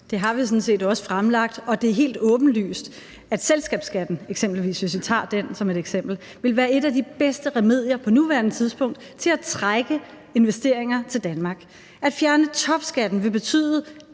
Det har vi sådan set også fremlagt, og det er helt åbenlyst, at eksempelvis selskabsskatten, hvis vi tager det som et eksempel, vil være et af de bedste remedier på nuværende tidspunkt til at trække investeringer til Danmark. At fjerne topskatten vil betyde,